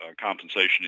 compensation